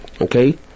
Okay